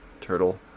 Turtle